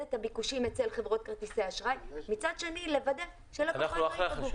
את הביקושים אצל חברות כרטיסי האשראי ומצד שני לוודא שהלקוחות יקבלו.